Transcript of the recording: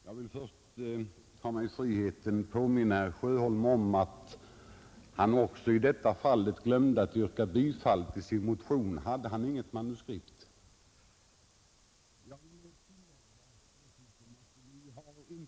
Herr talman! Jag tar mig friheten att först påminna herr Sjöholm om att han även i detta ärende glömde att yrka bifall till sin motion. Hade han inget manuskript?